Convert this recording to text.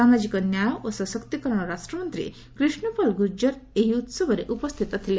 ସାମାଜିକ ନ୍ୟାୟ ଓ ସଶକ୍ତି କରଣ ରାଷ୍ଟମନ୍ତ୍ରୀ କ୍ରୀଷ୍ଣପାଲ୍ ଗୁର୍ଜର ମଧ୍ୟ ଏହି ଉସବରେ ଉପସ୍ଥିତ ଥିଲେ